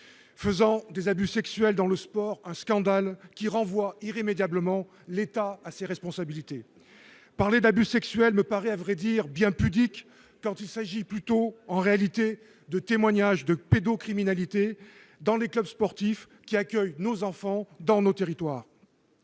faisant des abus sexuels dans le sport un scandale qui renvoie irrémédiablement l'État à ses responsabilités. Parler d'« abus sexuels » me paraît à vrai dire bien pudique, puisqu'il s'agit plutôt, en réalité, de témoignages de pédocriminalité dans les clubs sportifs qui accueillent nos enfants dans nos territoires.